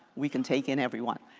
we can take in everyone.